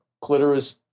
clitoris